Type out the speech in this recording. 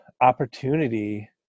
opportunity